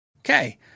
okay